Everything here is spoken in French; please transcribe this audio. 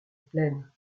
plaines